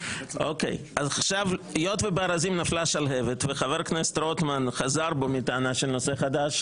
היות שבארזים נפלה השלהבת וחבר הכנסת רוטמן חזר בו מטענה של נושא חדש,